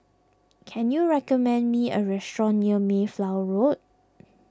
can you recommend me a restaurant near Mayflower Road